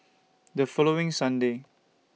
The following Sunday